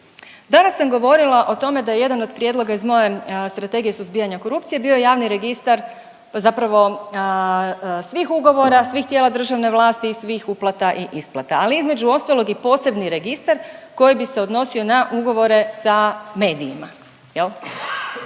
Danas sam govorila o tome da je jedan od prijedloga iz moje Strategije suzbijanja korupcije bio javni registar, zapravo svih ugovora, svih tijela državne vlasti, svih uplata i isplata. Ali između ostalog i posebni registar koji bi se odnosio na ugovore sa medijima.